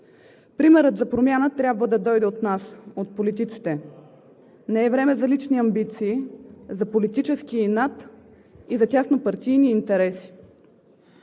Примерът за промяна трябва да дойде от нас, от политиците. Не е време за лични амбиции, за политически инат и за тяснопартийни интереси.